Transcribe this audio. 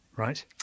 Right